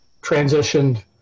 transitioned